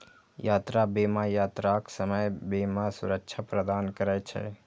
यात्रा बीमा यात्राक समय बीमा सुरक्षा प्रदान करै छै